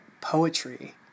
poetry